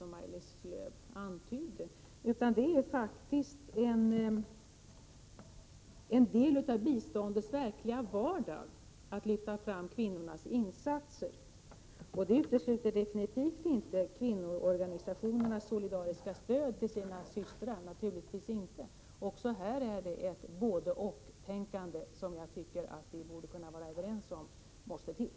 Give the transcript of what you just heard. I stället är det faktiskt en del av biståndets verkliga vardag att lyfta fram kvinnornas insatser. Det utesluter definitivt inte — naturligtvis är det så — kvinnoorganisationernas solidariska stöd till sina systrar. Också på den punkten tycker jag att vi borde vara överens om ätt ett både —och-tänkande måste komma till stånd.